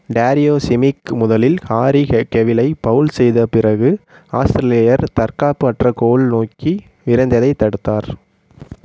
Dario Simic முதலில் Harry ஹே கெவிலை ஃபவுல் செய்த பிறகு ஆஸ்திலேயர் தற்காப்பு அற்ற கோல் நோக்கி விரைந்ததை தடுத்தார்